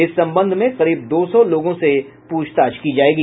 इस संबंध में करीब दो सौ लोगों से पूछताछ की जायेगी